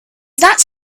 that